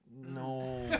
No